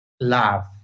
love